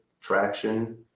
traction